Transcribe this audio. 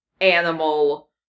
animal